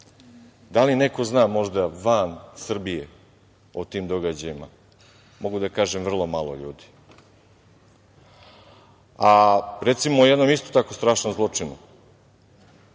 Da li neko zna možda van Srbije o tim događajima? Mogu da kažem vrlo malo ljudi. Recimo, o jednom isto tako strašnom zločinu,